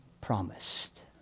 promised